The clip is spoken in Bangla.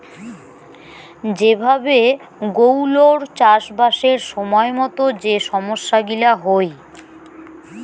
যে ভাবে গৌলৌর চাষবাসের সময়ত যে সমস্যা গিলা হই